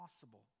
possible